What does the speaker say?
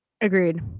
Agreed